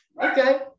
Okay